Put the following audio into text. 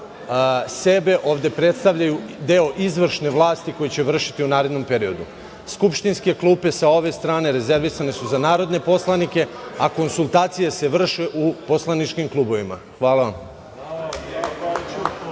sebe, ovde predstavljaju deo izvršne vlasti koju će vršiti u narednom periodu .Skupštinske klupe sa ove strane rezervisane su za narodne poslanike, a konsultacije se vrše u poslaničkim klubovima. Hvala.